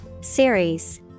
Series